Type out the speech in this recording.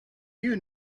you